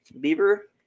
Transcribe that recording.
Beaver